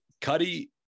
cuddy